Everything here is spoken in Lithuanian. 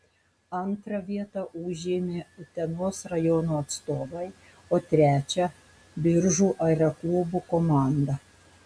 antrą vietą užėmė utenos rajono atstovai o trečią biržų aeroklubo komanda